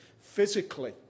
physically